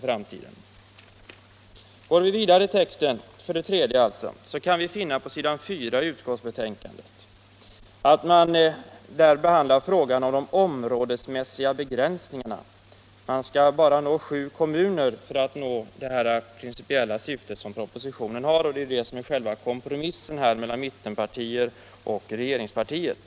På s. 4 i utskottsbetänkandet behandlas frågan om de områdesmässiga begränsningarna. Endast sju kommuner skulle behöva beröras för att det principiella syfte som propositionen har skulle uppnås — det är det som är själva kompromissen mellan mittenpartierna och regeringspartiet.